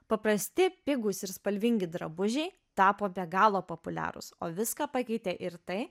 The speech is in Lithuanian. paprasti pigūs ir spalvingi drabužiai tapo be galo populiarūs o viską pakeitė ir tai